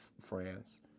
France